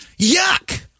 Yuck